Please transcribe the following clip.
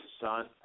son